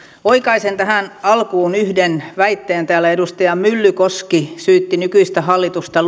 oikaisen tähän alkuun yhden väitteen täällä edustaja myllykoski syytti nykyistä hallitusta